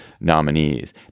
nominees